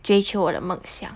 追求我的梦想